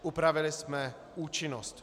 Upravili jsme účinnost.